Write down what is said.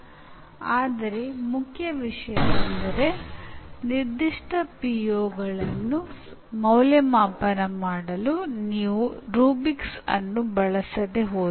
ರಚನಾಪೂರ್ವ ಅಂದಾಜುವಿಕೆ ಎಂದರೆ ನೀವು ಕಲಿಕೆಯನ್ನು ಸುಗಮಗೊಳಿಸುವ ಸಾಧನವಾಗಿ ಅಂದಾಜುವಿಕೆಯನ್ನು ಬಳಸುತ್ತಿರುವಿರಿ